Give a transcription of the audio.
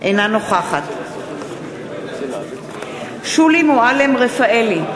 אינה נוכחת שולי מועלם-רפאלי,